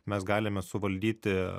mes galime suvaldyti